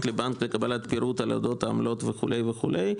לבנק לקבלת פירוט על אודות העמלות" וכו' וכו',